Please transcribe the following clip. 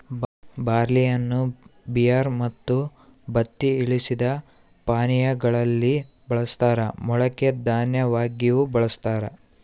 ಬಾರ್ಲಿಯನ್ನು ಬಿಯರ್ ಮತ್ತು ಬತ್ತಿ ಇಳಿಸಿದ ಪಾನೀಯಾ ಗಳಲ್ಲಿ ಬಳಸ್ತಾರ ಮೊಳಕೆ ದನ್ಯವಾಗಿಯೂ ಬಳಸ್ತಾರ